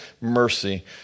mercy